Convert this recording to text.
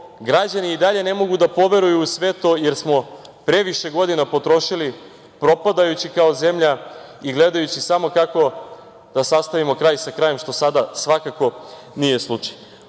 građani i dalje ne mogu da poveruju u sve to, jer smo previše godina potrošili propadajući kao zemlja i gledajući samo kako da sastavimo kraj sa krajem što sada svakako nije slučaj. Ovaj